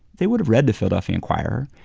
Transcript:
they would have read the philadelphia inquirer.